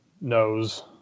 knows